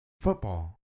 Football